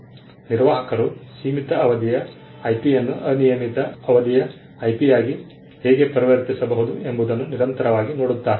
ನಿರ್ವಾಹಕರು ಸೀಮಿತ ಅವಧಿಯ IP ಯನ್ನು ಅನಿಯಮಿತ ಅವಧಿಯ IP ಆಗಿ ಹೇಗೆ ಪರಿವರ್ತಿಸಬಹುದು ಎಂಬುದನ್ನು ನಿರಂತರವಾಗಿ ನೋಡುತ್ತಾರೆ